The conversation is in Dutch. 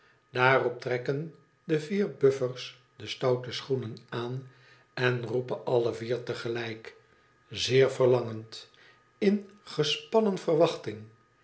daarop trekken de vier buffers de stoute schoenen aan en roepen alle icr te gelijk zeer ve'rlangend i in gespannen verwachting